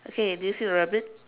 okay did you see the rabbit